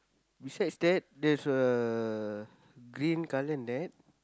besides that there's a green colour net